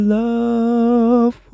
love